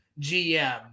GM